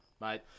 mate